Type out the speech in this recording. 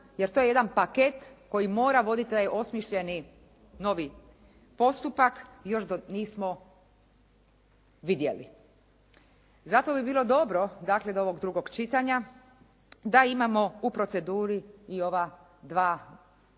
jer to je jedan paket koji mora voditi taj osmišljeni novi postupak još dok nismo vidjeli. Zato bi bilo dobro dakle do ovog drugog čitanja da imamo u proceduri i ova dva nova